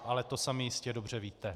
Ale to sami jistě dobře víte.